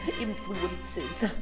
influences